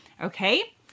okay